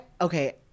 okay